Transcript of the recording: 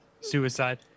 suicide